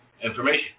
information